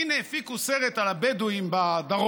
הינה, הפיקו סרט על הבדואים בדרום,